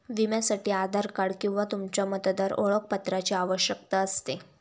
विम्यासाठी आधार कार्ड किंवा तुमच्या मतदार ओळखपत्राची आवश्यकता असते